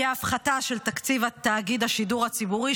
תהיה הפחתה של תקציב תאגיד השידור הציבורי,